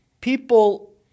people